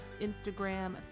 Instagram